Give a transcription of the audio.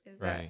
right